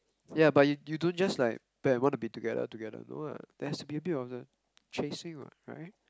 ya but you don't just like Ben wanna be together together no lah there has to be a bit of the chasing what right